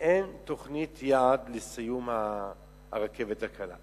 אין תוכנית יעד לסיום הרכבת הקלה.